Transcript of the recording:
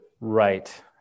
Right